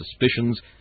suspicions